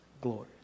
glory